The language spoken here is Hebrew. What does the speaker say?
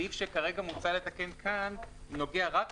הסעיף שכרגע מוצע לתקן כאן נוגע רק